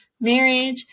marriage